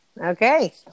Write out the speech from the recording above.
Okay